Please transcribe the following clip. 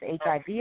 HIV